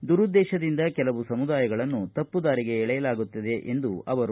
ದುರುದ್ದೇಶದಿಂದ ಕೆಲವು ಸಮುದಾಯಗಳನ್ನು ತಪ್ಪುದಾರಿಗೆ ಎಳೆಯಲಾಗುತ್ತಿದೆ ಎಂದರು